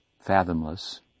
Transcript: fathomless